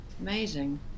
Amazing